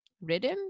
rhythm